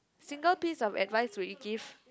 single piece of advice will you give